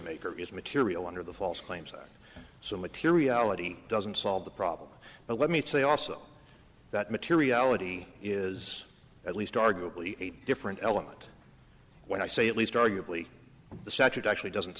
maker is material under the false claims act so materiality doesn't solve the problem but let me say also that materiality is at least arguably a different element when i say at least arguably the statute actually doesn't